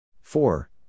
Four